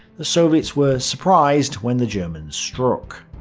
the soviets were surprised when the germans struck.